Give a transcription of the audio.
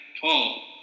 Paul